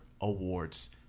Awards